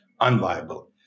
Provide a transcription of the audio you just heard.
unviable